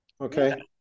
okay